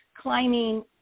climbing